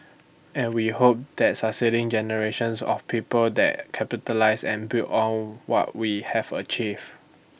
and we hope that succeeding generations of people that capitalise and build on what we have achieved